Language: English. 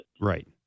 Right